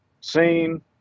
seen